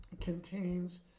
contains